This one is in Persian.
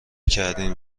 کردین